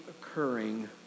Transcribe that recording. occurring